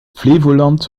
flevoland